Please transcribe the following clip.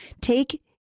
take